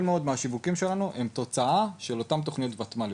מאוד של השיווק שלנו הוא תוצאה של אותן תוכניות וותמ"ליות.